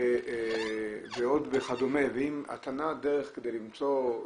ואם אתה נע דרך,